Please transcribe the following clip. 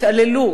התעללות,